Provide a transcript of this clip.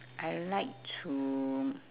I like to